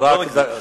לא נגזים.